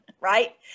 right